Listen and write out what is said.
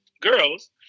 girls